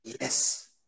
yes